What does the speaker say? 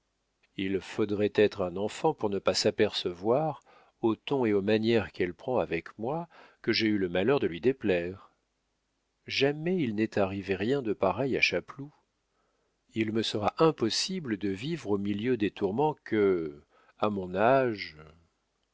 il faudrait être un enfant pour ne pas s'apercevoir au ton et aux manières qu'elle prend avec moi que j'ai eu le malheur de lui déplaire jamais il n'est arrivé rien de pareil à chapeloud il me sera impossible de vivre au milieu des tourments que a mon âge